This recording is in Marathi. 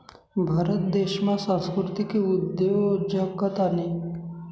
भारत देशमा सांस्कृतिक उद्योजकतानी